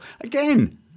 Again